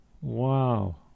wow